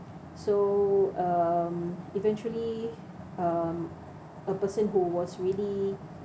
so um eventually um a person who was really